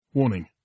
Warning